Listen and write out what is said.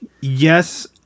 yes